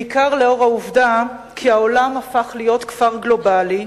בעיקר לאור העובדה כי העולם הפך להיות כפר גלובלי,